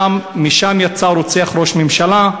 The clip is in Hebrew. שמשם יצא רוצח ראש ממשלה,